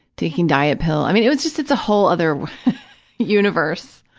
taking diet pills. i mean, it was just, it's a whole other universe.